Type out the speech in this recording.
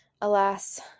Alas